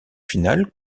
final